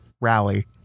rally